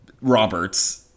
Robert's